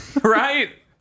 Right